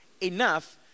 enough